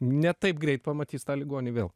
ne taip greit pamatys tą ligonį vėl